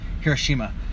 Hiroshima